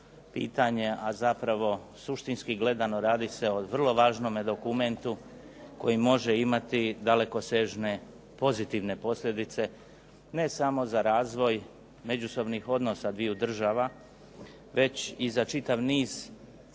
pitanje, a zapravo suštinski gledano radi se o vrlo važnom dokumentu koji može imati dalekosežne pozitivne posljedice, ne samo za razvoj međusobnih odnosa dviju država već i za čitav niz elemenata